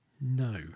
No